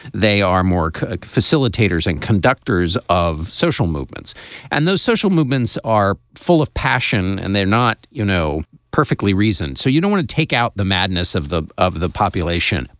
they are more facilitators and conductors of social movements and those social movements are full of passion and they're not, you know, perfectly reason. so you don't want to take out the madness of the of the population.